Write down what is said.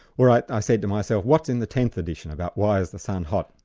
right, i said to myself, what's in the tenth edition about why is the sun hot?